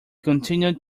continued